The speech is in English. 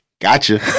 gotcha